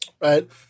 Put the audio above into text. right